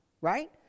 right